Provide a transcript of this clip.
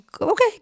okay